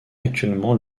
actuellement